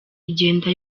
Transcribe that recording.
igenda